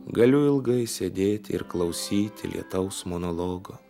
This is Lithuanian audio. galiu ilgai sėdėti ir klausyti lietaus monologo